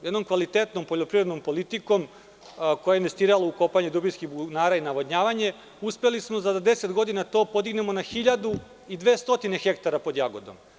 Jednom kvalitetnom poljoprivrednom politikom koja je investirala u kopanje dubinskih bunara i navodnjavanje uspeli smo da za 10 godina to podignemo na 1.200 hektara pod jagodom.